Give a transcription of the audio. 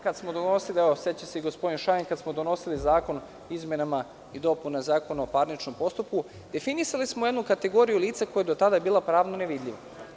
Kada smo donosili, evo seća se i gospodin Šajn, kada smo donosili Zakon o izmenama i dopunama Zakona o parničnom postupku definisali smo jednu kategoriju lica koja su do tada bila pravno nevidljiva.